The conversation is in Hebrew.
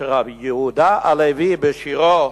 אשר יהודה הלוי בשירו,